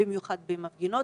במיוחד במפגינות.